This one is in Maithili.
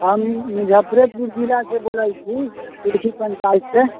हम मुजफ्फरेपुर जिलाँ बोलै छी तुलसी पञ्चायतसँ